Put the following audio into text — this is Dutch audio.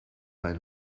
mijn